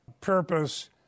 purpose